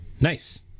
Nice